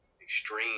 extreme